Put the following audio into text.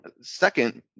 Second